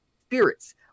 spirits